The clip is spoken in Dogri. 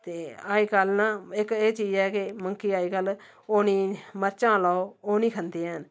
ते अज्जकल ना इक एह् चीज ऐ के मंकी अज्जकल ओह् निं मरचां लाओ ओह् निं खंदे हैन